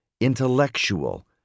intellectual